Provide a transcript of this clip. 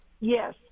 Yes